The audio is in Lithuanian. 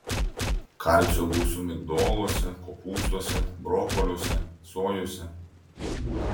kalcio gausu migdoluose kopūstuose brokoliuose sojose